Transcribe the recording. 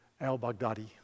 al-Baghdadi